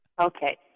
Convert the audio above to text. okay